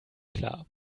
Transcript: klar